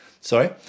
sorry